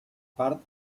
part